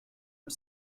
are